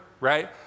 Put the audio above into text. right